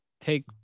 take